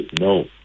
no